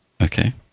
Okay